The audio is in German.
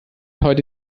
heute